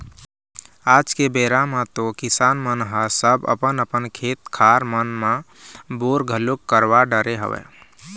आज के बेरा म तो किसान मन ह सब अपन अपन खेत खार मन म बोर घलोक करवा डरे हवय